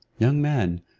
young man,